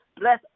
Bless